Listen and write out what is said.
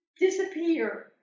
disappear